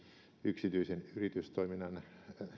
yksityisen yritystoiminnan